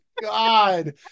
God